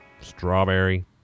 strawberry